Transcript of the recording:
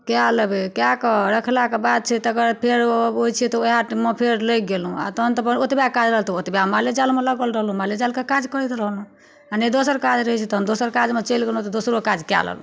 कै लेबै कै कऽ रखला कऽ बाद छै तेकर बाद फेर ओ होइत छै तऽ ओएहमे फेर लगि गेलहुँ आ तहन तऽ भऽ गेल ओतबा काज रहल तऽ ओतबा माले जालमे लागल रहलहुँ माले जालके काज करैत रहलहुँ आ नहि दोसर काज रहैत छै तहन दोसर काजमे चलि गेलहुँ तऽ दोसरो काज कै लेलहुँ